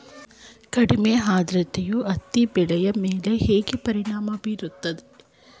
ಕಡಿಮೆ ಆದ್ರತೆಯು ಹತ್ತಿ ಬೆಳೆಯ ಮೇಲೆ ಹೇಗೆ ಪರಿಣಾಮ ಬೀರುತ್ತದೆ?